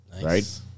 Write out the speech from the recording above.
Right